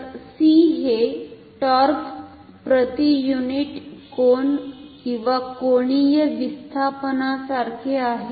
तर c हे torque प्रति युनिट कोन किंवा कोनीय विस्थापनासारखे आहे